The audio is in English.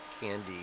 candy